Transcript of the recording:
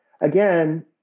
again